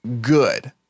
good